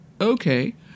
okay